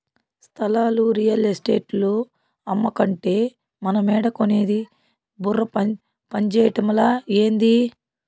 స్థలాలు రియల్ ఎస్టేటోల్లు అమ్మకంటే మనమేడ కొనేది బుర్ర పంజేయటమలా, ఏంది